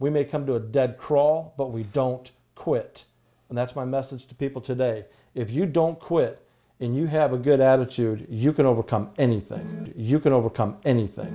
we may come to a dead crawl but we don't quit and that's my message to people today if you don't quit and you have a good attitude you can overcome anything you can overcome anything